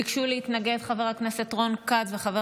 ביקשו להתנגד חבר הכנסת רון כץ וחבר